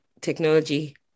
technology